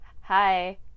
hi